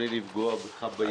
בלי לפגוע בך בעניין הזה.